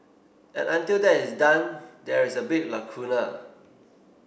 and until that is done there is a big lacuna